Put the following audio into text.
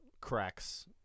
cracks